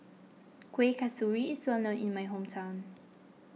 Kuih Kasturi is well known in my hometown